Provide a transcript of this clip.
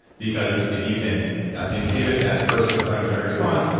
because if you can inhibit that first inflammatory response,